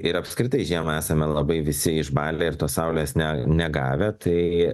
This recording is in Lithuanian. ir apskritai žiemą esame labai visi išbalę ir tos saulės ne negavę tai